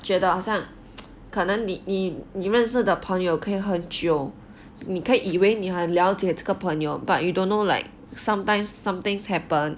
觉得好像可能你你你认识的朋友可以很久你可以以为你很了解这个朋友 but you don't know like sometimes some things happen